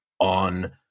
on